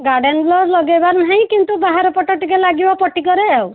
garden ର ଲଗେଇବାର ନାହିଁ କିନ୍ତୁ ବାହାର ପଟ ଟିକିଏ ଲାଗିବ ପଟିକରେ ଆଉ